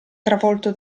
travolto